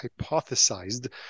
hypothesized